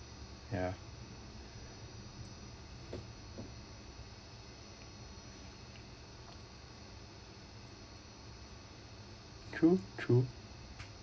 ya true true